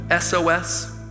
SOS